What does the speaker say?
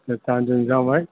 न तव्हांजो एग्ज़ाम आहे